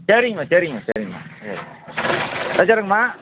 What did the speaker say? சரிங்கம்மா சரிங்கம்மா சரிங்கம்மா சரி வச்சுடுறேங்கம்மா